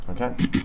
Okay